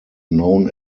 known